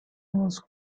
was